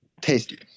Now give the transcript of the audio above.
tasty